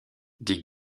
dit